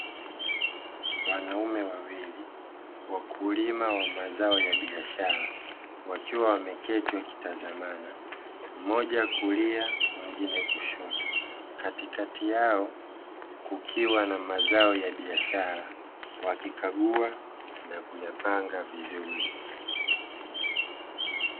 Wanaume wawili wakulima wa mazao ya biashara wakiwa wameketi wakitazamana, mmoja kulia mwingine kushoto. Katikati yao kukiwa na mazao ya biashara, wakikagua na kuyapanga vizuri.